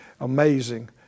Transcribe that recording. Amazing